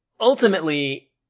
ultimately